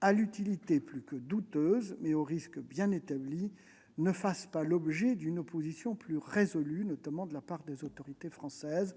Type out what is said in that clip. à l'utilité plus que douteuse et au risque bien établi ne fasse pas l'objet d'une opposition plus résolue, notamment de la part des autorités françaises,